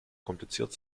kompliziert